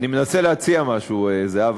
אני מנסה להציע משהו, זהבה,